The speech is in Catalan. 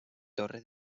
torre